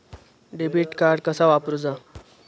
Debit card कसा वापरुचा?